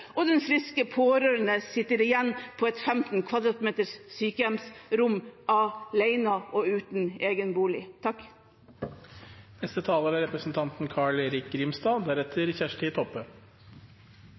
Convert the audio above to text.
og den friske pårørende sitter igjen på et 15 m 2 stort sykehjemsrom – alene og uten egen bolig?